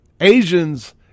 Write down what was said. Asians